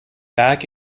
back